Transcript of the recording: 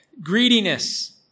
greediness